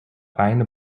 kleine